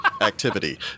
activity